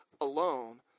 alone